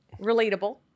Relatable